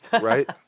Right